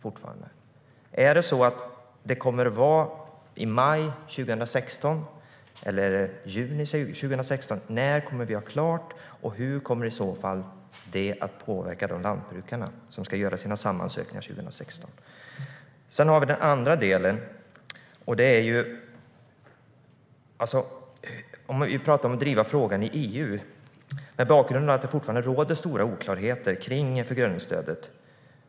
Kommer det att vara i maj 2016 eller i juni 2016? När kommer vi att ha det klart, och hur kommer det i så fall att påverka lantbrukarna som ska göra sina SAM-ansökningar 2016? Sedan har vi den andra delen. Vi talar om att driva frågan i EU. Bakgrunden är att det fortfarande råder stora oklarheter om förgröningsstödet.